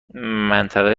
منطقه